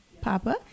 Papa